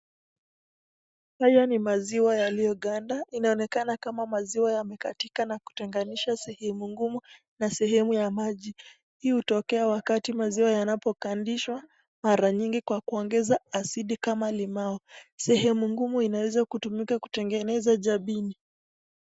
Haya ni maziwa yaliyoganda. Inaonekana kama maziwa yamekatika na kutenganisha sehemu ngumu na sehemu ya maji. Hii hutokea wakati maziwa yanapokandishwa, mara nyingi kwa kuongeza asidi kama limao. Sehemu ngumu inaweza kutumika kutengeneza jibini.